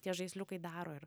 tie žaisliukai daro ir